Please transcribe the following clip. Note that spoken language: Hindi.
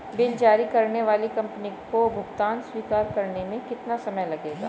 बिल जारी करने वाली कंपनी को भुगतान स्वीकार करने में कितना समय लगेगा?